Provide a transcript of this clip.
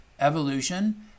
Evolution